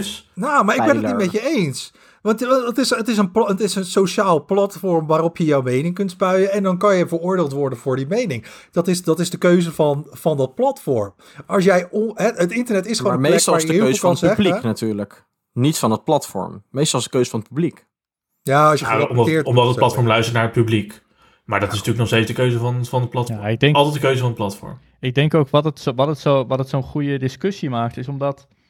Nou, maar ik Pijler. ben het niet met je eens. Want, eh, het is- het is een pla- het is een sociaal platform waarop je jouw mening kunt spuien en dan kan je veroordeeld worden voor die mening. Dat is- dat is de keuze van- van dat platform. Als jij on- hè, het internet is gewoon Maar een plek meestal waar is de je heel keuze veel van kan het publiek zeggen, hè? natuurlijk. Niet van het platform. Meestal is de keuze van het publiek. Ja, als je Ja, gewoon omdat- geblokkeerd omdat wordt of het zo, platform weet je. luistert naar het publiek. Maar dat Ja. is natuurlijk nog steeds de keuze van- van het platform. Ja, ik denk- Altijd de keuze van het platform. ik denk ook wat het zo- wat het zo- wat het zo'n goede discussie maakt, is omdat